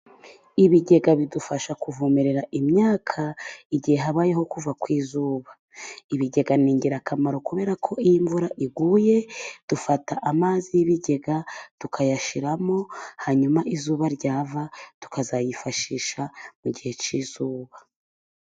Ibigega bidufasha kuvomerera imyaka igihe habayeho kuva ku izuba. Ibigega ni ingirakamaro kubera ko iyo imvura iguye dufata amazi y'ibigega tukayashyiramo, hanyuma izuba ryava tukazayifashisha mu gihe cy'izuba.